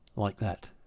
like that.